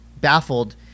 baffled